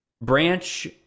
Branch